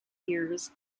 years